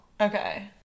Okay